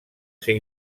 ser